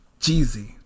Jeezy